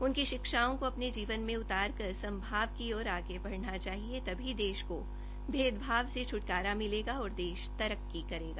उनकी शिक्षाओं को अपने जीवन में उतार कर समभाव की ओर बढना चाहिए तभी देश को भेदभाव से छुटकारा मिलेगा और देश तरक्की करेगा